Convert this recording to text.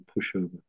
pushover